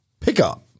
pickup